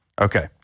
Okay